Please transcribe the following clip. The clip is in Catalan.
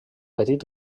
petit